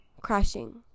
crashing